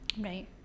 right